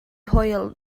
hwyl